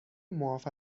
معاف